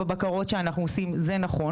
בבקרות שאנחנו עושים זה נכון.